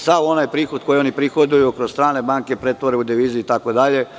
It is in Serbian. Sav onaj prihod koji oni prihoduju kroz strane banke pretvore u devize itd.